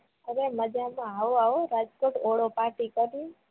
હવે મજામાં આવો આવો રાજકોટ ઓઢો પાટી કરી